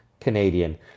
Canadian